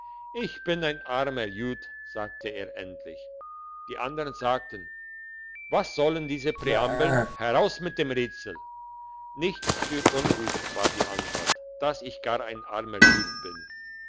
ich bin ein armer jüd sagte er endlich die andern sagten was sollen diese präambeln heraus mit dem rätsel nichts für ungut war die antwort dass ich gar ein armer jüd bin